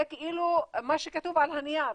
זה כאילו מה שכתוב על הנייר,